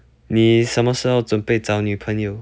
你什么时候准备找女朋友